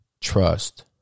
trust